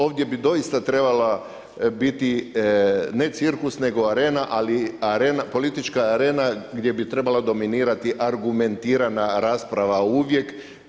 Ovdje bi doista trebala biti ne cirkus, nego arena, ali politička arena gdje bi trebala dominirati argumentirana rasprava uvijek.